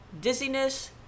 dizziness